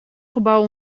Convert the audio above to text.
gebouw